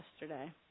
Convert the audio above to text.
yesterday